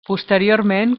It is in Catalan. posteriorment